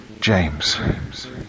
James